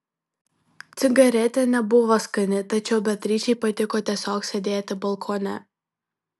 cigaretė nebuvo skani tačiau beatričei patiko tiesiog sėdėti balkone